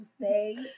say